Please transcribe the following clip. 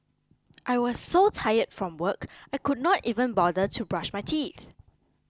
I was so tired from work I could not even bother to brush my teeth